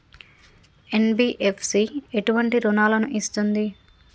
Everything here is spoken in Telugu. ఎన్.బి.ఎఫ్.సి ఎటువంటి రుణాలను ఇస్తుంది?